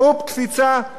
התפנה מקום,